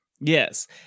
Yes